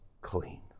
clean